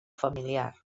familiar